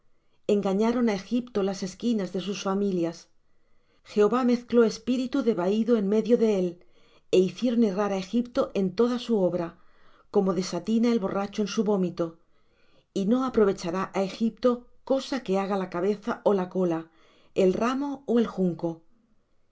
engañaron á egipto las esquinas de sus familias jehová mezcló espíritu de vahido en medio de él é hicieron errar á egipto en toda su obra como desatina el borracho en su vómito y no aprovechará á egipto cosa que haga la cabeza ó la cola el ramo ó el junco